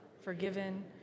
forgiven